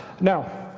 Now